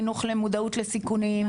חינוך למודעות לסיכונים,